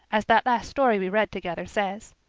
as that last story we read together says.